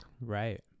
Right